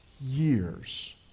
years